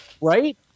Right